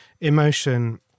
emotion